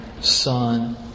son